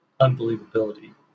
unbelievability